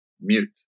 mute